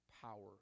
power